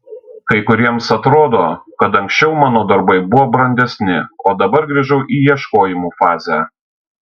kai kuriems atrodo kad anksčiau mano darbai buvo brandesni o dabar grįžau į ieškojimų fazę